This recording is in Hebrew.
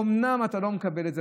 אומנם אתה לא מקבל את זה,